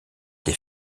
des